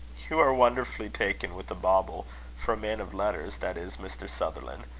you are wonderfully taken with a bauble for a man of letters, that is, mr. sutherland.